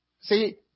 See